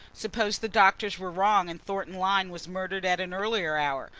suppose the doctors were wrong and thornton lyne was murdered at an earlier hour?